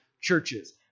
churches